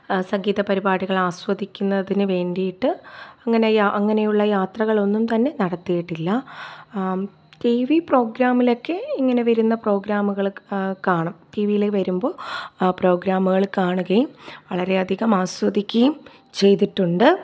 സംഗീത പരിപാടികൾ ആസ്വദിക്കുന്നതിന് വേണ്ടിയിട്ട് അങ്ങനെ യാ അങ്ങനെയുള്ള യാത്രകളൊന്നും തന്നെ നടത്തിയിട്ടില്ല ടി വി പ്രോഗ്രാമിലൊക്കെ ഇങ്ങനെ വരുന്ന പ്രോഗ്രാമുകൾ കാണും ടി വിയിൽ വരുമ്പോൾ ആ പ്രോഗ്രാമുകൾ കാണുകയും വളരെയധികം ആസ്വാദിക്കുകയും ചെയ്തിട്ടുണ്ട്